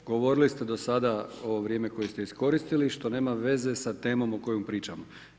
Govorili ste do sada ovo vrijeme koje ste iskoristili što nema veze sa temom o kojoj pričamo.